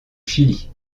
chili